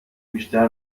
بیشتر